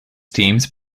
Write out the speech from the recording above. teams